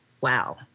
Wow